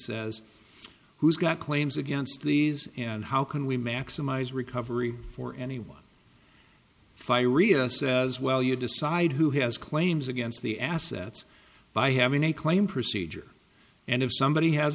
says who's got claims against these and how can we maximize recovery for any one fiery us says well you decide who has claims against the assets by having a claim procedure and if somebody has